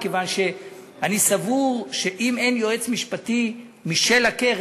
מכיוון שאני סבור שאם אין לקרן יועץ משפטי משלה,